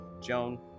Joan